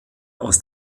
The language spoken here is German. aus